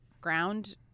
ground